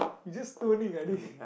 you just stoning I think